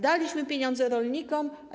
Daliśmy pieniądze rolnikom.